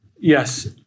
Yes